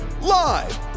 Live